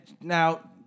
now